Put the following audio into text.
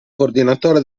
coordinatore